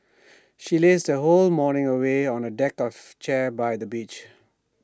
she lazed her whole morning away on A deck chair by the beach